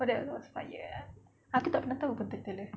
so that was fire ah aku tak pernah tahu pun title dia